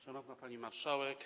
Szanowna Pani Marszałek!